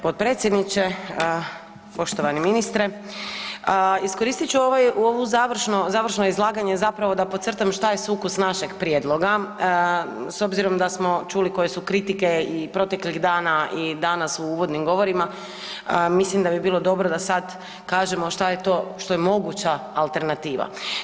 potpredsjedniče, poštovani ministre, iskoristit ću ovaj, ovu završno, završno izlaganje da podcrtam šta je sukus našeg prijedloga s obzirom da smo čuli koje su kritike i proteklih dana i danas u uvodnim govorima mislim da bi bilo dobro da sad kažemo šta je to što je moguća alternativa.